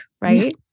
right